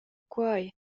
quei